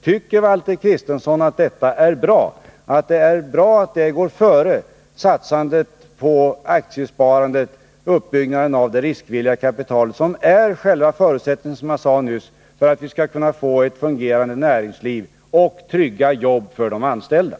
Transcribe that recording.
Tycker Valter Kristenson att det är bra? Tycker Valter Kristenson att det är bra att de formerna av sparande går före satsningar på aktiesparandet och därmed på uppbyggnaden av det riskvilliga kapital som är, som jag sade nyss, förutsättningen för att vi skall kunna få ett fungerande näringsliv och trygga jobb för de anställda?